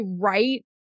right